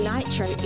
Nitro